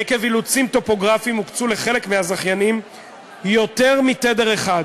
עקב אילוצים טופוגרפיים הוקצו לחלק מהזכיינים יותר מתדר אחד,